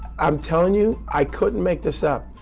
i'm telling you, i couldn't make this up.